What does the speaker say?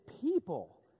people